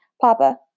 Papa